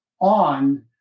on